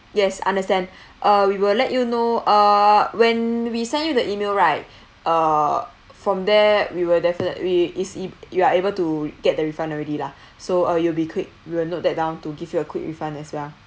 yes understand uh we will let you know uh when we send you the email right uh from there we will definitely is if you are able to get the refund already lah so uh you will be quick we'll note that down to give you a quick refund as well